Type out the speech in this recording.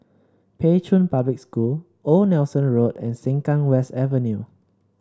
Pei Chun Public School Old Nelson Road and Sengkang West Avenue